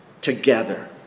together